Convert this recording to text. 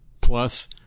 Plus